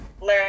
learn